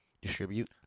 distribute